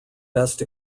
best